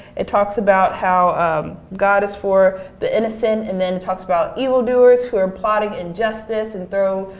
it talks about how god is for the innocent and then talks about evil doers who are plotting injustice and through,